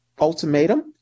ultimatum